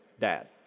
Dad